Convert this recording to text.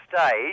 stage